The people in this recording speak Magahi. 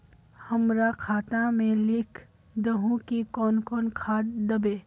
हमरा खाता में लिख दहु की कौन कौन खाद दबे?